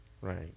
Right